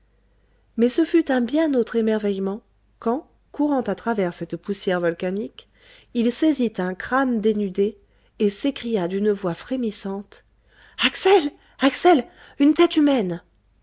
mais ce fut un bien autre émerveillement quand courant a travers cette poussière volcanique il saisit un crâne dénudé et s'écria d'une voix frémissante axel axel une tête humaine